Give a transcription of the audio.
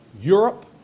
Europe